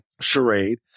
charade